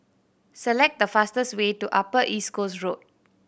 select the fastest way to Upper East Coast Road